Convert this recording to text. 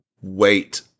wait